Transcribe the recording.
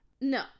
no